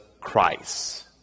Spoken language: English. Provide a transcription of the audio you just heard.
Christ